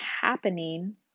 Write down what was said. happening